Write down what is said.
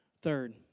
Third